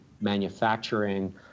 manufacturing